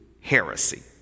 heresy